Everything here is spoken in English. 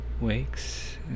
Wakes